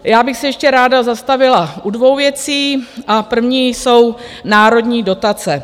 Já bych se ještě ráda zastavila u dvou věcí a první jsou národní dotace.